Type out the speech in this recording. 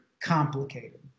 complicated